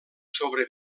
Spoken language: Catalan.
sobre